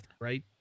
right